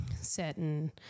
certain